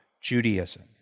Judaism